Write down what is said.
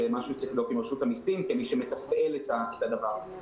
זה משהו שצריך לבדוק עם רשות המסים כמי שמתפעל את הדבר הזה.